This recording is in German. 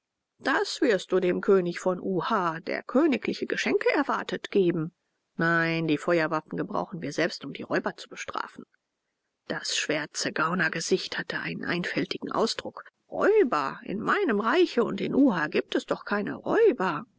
das wirst du dem könig von uha der königliche geschenke erwartet geben nein die feuerwaffen gebrauchen wir selbst um die räuber zu bestrafen das schwärze gaunergesicht hatte einen einfältigen ausdruck räuber in meinem reiche und in uha gibt es doch keine räuber